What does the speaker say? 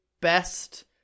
best